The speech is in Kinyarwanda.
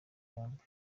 yombi